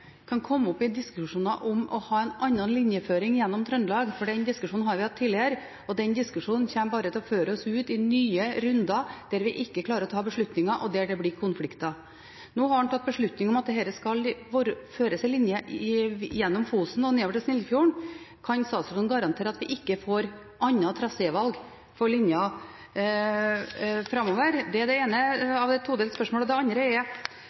kan garantere oss at vi ikke kommer opp i diskusjoner om å ha en annen linjeføring gjennom Trøndelag, for den diskusjonen har vi hatt tidligere, og den diskusjonen kommer bare til å føre oss ut i nye runder der vi ikke klarer å ta beslutninger, og der det blir konflikter. Nå har det blitt tatt en beslutning om at det skal føres en linje gjennom Fosen og nedover til Snillfjord. Kan statsråden garantere at vi ikke får annet trasévalg for linja framover? Det er det ene av et todelt spørsmål. Det andre er: